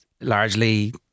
largely